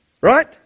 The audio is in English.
Right